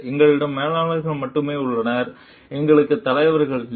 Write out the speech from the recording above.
எங்களிடம் மேலாளர்கள் மட்டுமே உள்ளனர் எங்களுக்கு தலைவர்கள் இல்லை